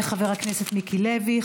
תודה רבה לחבר הכנסת מיקי לוי.